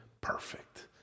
perfect